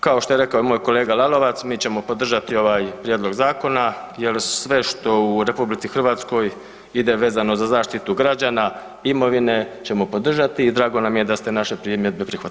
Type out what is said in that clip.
Kao što je rekao i moj kolega Lalovac, mi ćemo podržati ovaj prijedlog zakona, jer sve što u RH ide vezano za zaštitu građana, imovine ćemo podržati i drago nam je da ste naše primjedbe prihvatili.